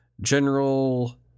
general